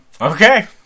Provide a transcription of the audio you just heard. Okay